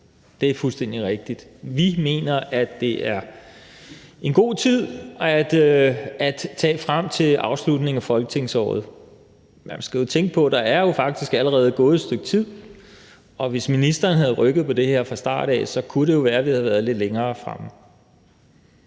det er fuldstændig rigtigt. Vi mener, at det er god tid at tage det frem til afslutningen af folketingsåret. Man skal jo tænke på, at der faktisk allerede er gået et stykke tid, og hvis ministeren havde rykket på det her fra start af, kunne det være, vi havde været lidt længere fremme.